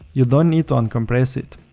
you don't need to uncompress it.